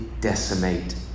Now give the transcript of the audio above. decimate